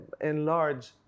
Enlarge